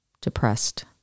depressed